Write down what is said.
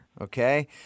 okay